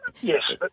yes